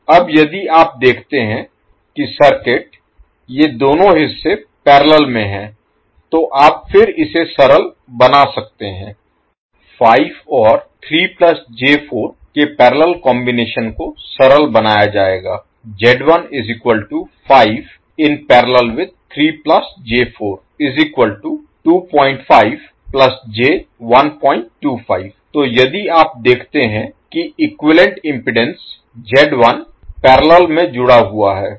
अब यदि आप देखते हैं कि सर्किट ये दोनों हिस्से पैरेलल में हैं तो आप फिर इसे सरल बना सकते हैं 5 और 3 j4 के पैरेलल कॉम्बिनेशन को सरल बनाया जाएगा तो यदि आप देखते हैं कि इक्विवैलेन्ट इम्पीडेन्स Z1 पैरेलल में जुड़ा हुआ है